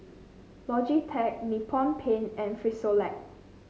Logitech Nippon Paint and Frisolac